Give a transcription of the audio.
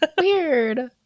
Weird